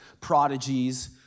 prodigies